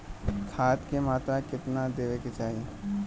खाध के मात्रा केतना देवे के होखे?